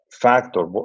factor